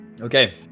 Okay